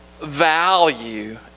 Value